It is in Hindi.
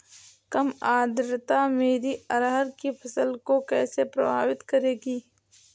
कम आर्द्रता मेरी अरहर की फसल को कैसे प्रभावित करेगी?